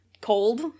cold